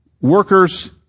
workers